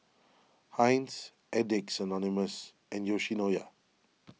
Heinz Addicts Anonymous and Yoshinoya